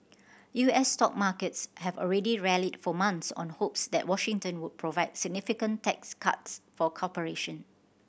U S stock markets have already rallied for months on hopes that Washington would provide significant tax cuts for corporation